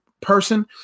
person